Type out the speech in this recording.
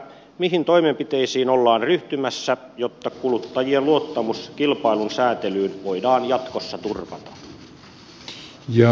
mihin toimenpiteisiin ollaan ryhtymässä jotta kuluttajien luottamus kilpailun säätelyyn voidaan jatkossa turvata